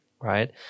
right